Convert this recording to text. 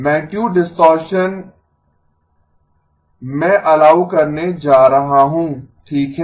magnitude distortion मैं allow करने जा रहा हूं ठीक है